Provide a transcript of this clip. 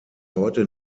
heute